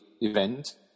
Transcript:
event